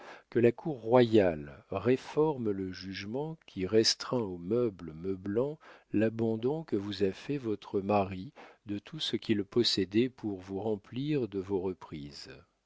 que la cour royale réforme le jugement qui restreint aux meubles meublants l'abandon que vous a fait votre mari de tout ce qu'il possédait pour vous remplir de vos reprises